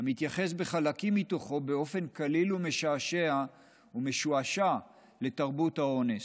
המתייחס בחלקים מתוכו באופן קליל ומשעשע ומשועשע לתרבות האונס.